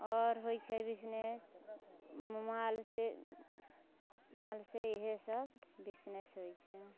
आओर होइ छै बिसनेस मालसँ मालसँ इहे सब बिसनेस होइ छै